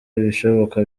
ibishoboka